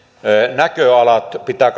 näköalat pitää